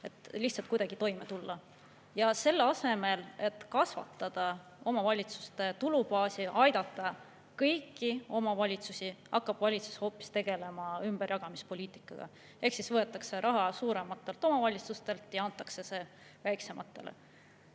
et lihtsalt kuidagi toime tulla. Selle asemel, et kasvatada omavalitsuste tulubaasi, aidata kõiki omavalitsusi, hakkab valitsus hoopis tegelema ümberjagamispoliitikaga. Ehk siis võetakse raha suurematelt omavalitsustelt ja antakse see väiksematele.